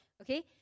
okay